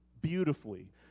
beautifully